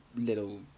little